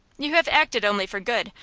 you have acted only for good.